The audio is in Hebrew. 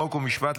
חוק ומשפט,